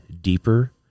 deeper